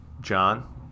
John